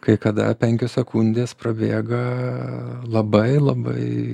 kai kada penkios sekundės prabėga labai labai